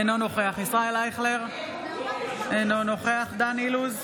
אינו נוכח ישראל אייכלר, אינו נוכח דן אילוז,